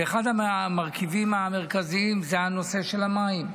ואחד המרכיבים המרכזיים זה הנושא של המים.